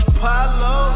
Apollo